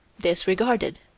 Disregarded